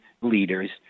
leaders